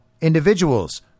individuals